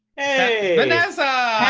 hey! vanessa!